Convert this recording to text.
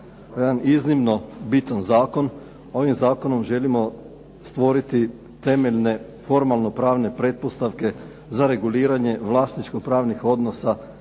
jedan iznimno bitan zakon. Ovim zakonom želimo stvoriti temeljne formalno-pravne pretpostavke za reguliranje vlasničko-pravnih odnosa